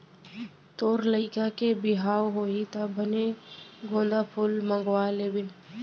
तोर लइका के बिहाव होही त बने गोंदा फूल मंगवा लेबे